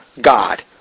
God